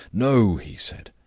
no! he said.